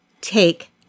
take